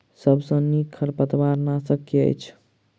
सबसँ नीक खरपतवार नाशक केँ अछि?